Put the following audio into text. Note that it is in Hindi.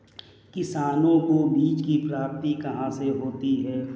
किसानों को बीज की प्राप्ति कहाँ से होती है?